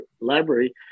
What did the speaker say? library